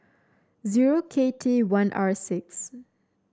zero K T one R six